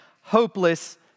hopeless